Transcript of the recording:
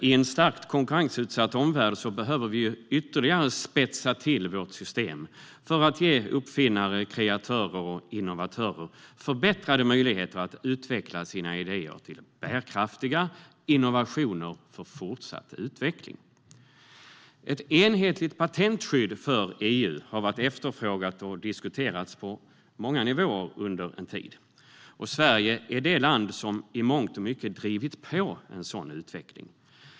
I en starkt konkurrensutsatt omvärld behöver vi ytterligare spetsa till vårt system för att ge uppfinnare, kreatörer och innovatörer förbättrade möjligheter att utveckla sina idéer till bärkraftiga innovationer för fortsatt utveckling. Ett enhetligt patentskydd för EU har varit efterfrågat och diskuterats på många nivåer under en tid. Sverige är det land som i mångt och mycket drivit på en sådan utveckling.